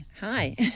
hi